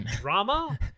drama